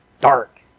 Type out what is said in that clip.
dark